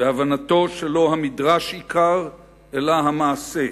בהבנתו שלא המדרש עיקר אלא המעשה,